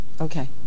Okay